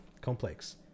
complex